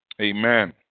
amen